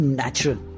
natural